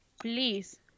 Please